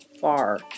far